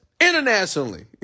internationally